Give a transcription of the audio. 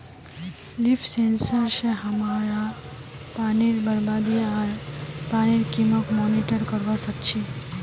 leaf sensor स हमरा पानीर बरबादी आर पानीर कमीक मॉनिटर करवा सक छी